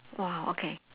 !wow! okay